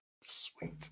Sweet